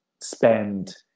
spend